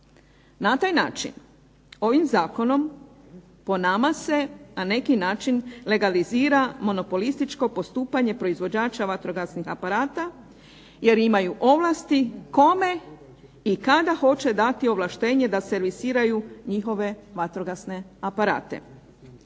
Na taj način ovim zakonom po nama se na neki način legalizira monopolističko postupanje proizvođača vatrogasnih aparata jer imaju ovlasti kome i kada hoće dati ovlaštenje da servisiraju njihove vatrogasne aparate.